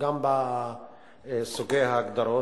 גם בסוגי ההגדרות.